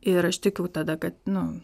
ir aš tikiu tada kad nu